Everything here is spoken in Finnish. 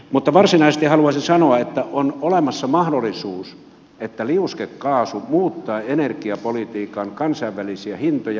mutta varsinaisesti haluaisin sanoa että on olemassa se mahdollisuus että liuskekaasu muuttaa energiapolitiikan kansainvälisiä hintoja